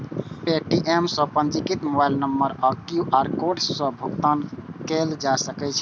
Paytm सं पंजीकृत mobile number आ क्यू.आर कोड सं भुगतान कैल जा सकै छै